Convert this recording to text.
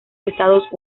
estados